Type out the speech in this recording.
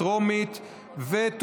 הרחבת זכות העמידה לנפגעי ונפגעות עבירה),